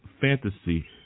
fantasy